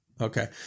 Okay